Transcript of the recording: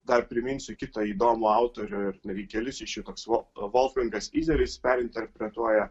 dar priminsiu kitą įdomų autorių ir kelis iš jų toks volfgangas izeris perinterpretuoja